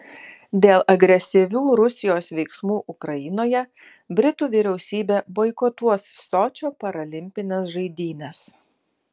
dėl agresyvių rusijos veiksmų ukrainoje britų vyriausybė boikotuos sočio paralimpines žaidynes